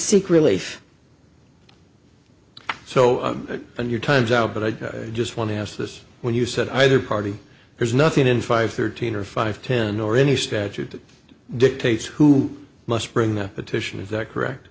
seek relief so your time's out but i just want to ask this when you said either party there's nothing in five thirteen or five ten or any statute that dictates who must bring the petition is that correct